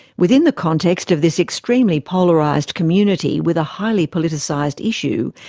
within the context of this extremely polarised community with a highly politicised issue,